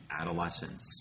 adolescence